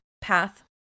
path